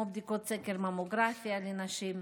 כמו בדיקות סקר ממוגרפיה לנשים,